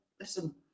listen